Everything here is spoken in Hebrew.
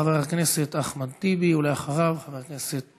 חבר הכנסת אחמד טיבי, ואחריו, חבר הכנסת